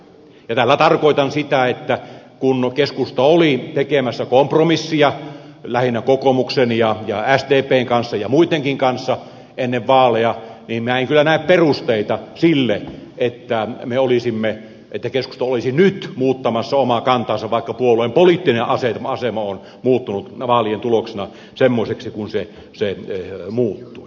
tällä tarkoitan sitä että kun keskusta oli tekemässä kompromissia lähinnä kokoomuksen ja sdpn kanssa ja muittenkin kanssa ennen vaaleja niin minä en kyllä näe perusteita sille että keskusta olisi nyt muuttamassa omaa kantaansa vaikka puolueen poliittinen asema on muuttunut vaalien tuloksena semmoiseksi kuin se muuttui